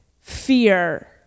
fear